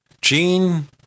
Gene